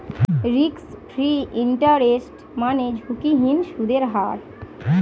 risk free interest মানে ঝুঁকিহীন সুদের হার